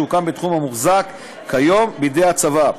שיוקם בתחום המוחזק כיום בידי הצבא,